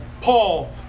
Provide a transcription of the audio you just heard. Paul